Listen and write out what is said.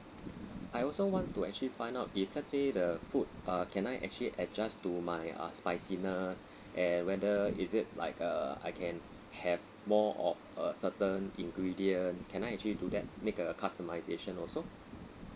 I also want to actually find out if let's say the food uh can I actually adjust to my uh spiciness and whether is it like uh I can have more of err certain ingredient can I actually do that make a customisation also